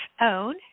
own